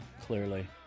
clearly